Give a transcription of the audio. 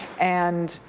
and